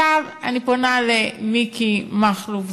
עכשיו, אני פונה למכלוף מיקי זוהר.